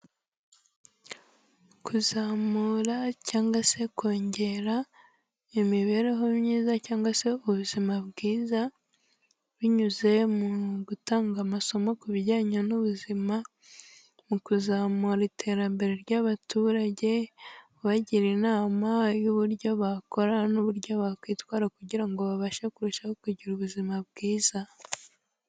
Kuzamura cyangwa se kongera imibereho myiza cyangwa se ubuzima bwiza binyuze mu gutanga amasomo ku bijyanye n'ubuzima mu kuzamura iterambere ry'abaturage, ubagira inama y'uburyo bakora n'uburyo bakwitwara kugira ngo babashe kurushaho kugira ubuzima bwiza.